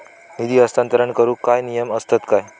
निधी हस्तांतरण करूक काय नियम असतत काय?